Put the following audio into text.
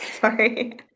Sorry